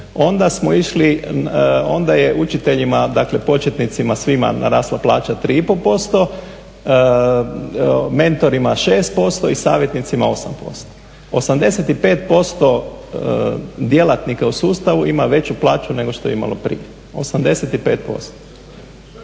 onda je učiteljima početnicima svima narasla plaća 3,5%, mentorima 6% i savjetnicima 8%. 85% djelatnika u sustavu ima veću plaću nego što je imalo prije 85%.